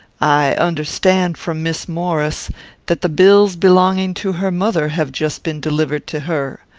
i understand from miss maurice that the bills belonging to her mother have just been delivered to her.